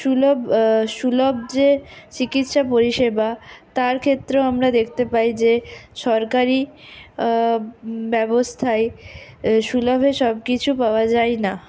সুলভ সুলভ যে চিকিৎসা পরিষেবা তার ক্ষেত্রেও আমরা দেখতে পাই যে সরকারি ব্যবস্থায় সুলভে সব কিছু পাওয়া যায় না